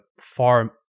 far